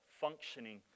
functioning